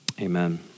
Amen